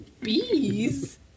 Bees